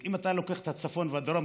אם אתה לוקח את הצפון והדרום,